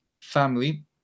family